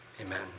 Amen